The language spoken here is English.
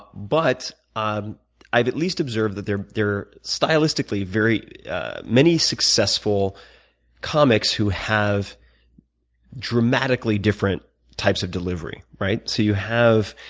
but um i've at least observed that they're they're stylistically very many successful comics who have dramatically different types of delivery, right. so you have